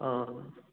ꯑꯥ